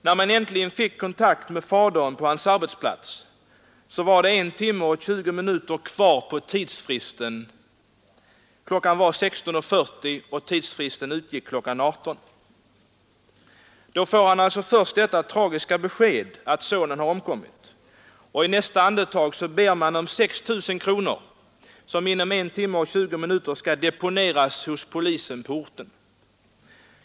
När man äntligen fick kontakt med fadern på dennes arbetsplats var det 1 timme 20 minuter kvar av tidsfristen; klockan var 16.40 och tidsfristen utgick klockan 18.00. Då fick fadern alltså först detta tragiska besked att sonen hade omkommit, och i nästa andetag begärde man att 6 000 kronor inom 1 timme 20 minuter skulle deponeras hos polisen på orten.